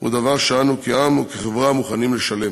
הוא דבר שאנו כעם וכחברה מוכנים לשלם?